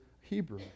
Hebrew